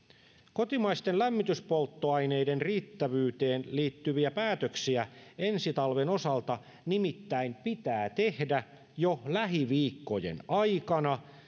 kotimaisten lämmityspolttoaineiden riittävyyteen liittyviä päätöksiä ensi talven osalta nimittäin pitää tehdä jo lähiviikkojen aikana